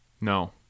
No